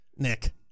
Nick